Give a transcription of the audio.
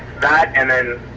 that and then,